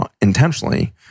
intentionally